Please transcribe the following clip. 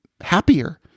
happier